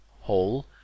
hole